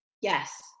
yes